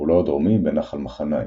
וגבולו הדרומי בנחל מחניים,